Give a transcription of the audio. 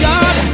God